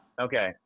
Okay